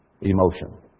emotion